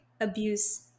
abuse